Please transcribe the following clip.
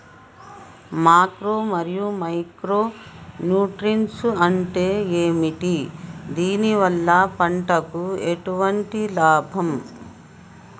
Macro మరియు micro nutrients అంటే ఏమిటి? దీనివల్ల పంటకు ఎటువంటి లాభం?